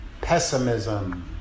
pessimism